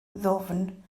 ddwfn